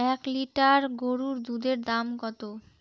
এক লিটার গরুর দুধের দাম কত?